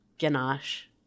ganache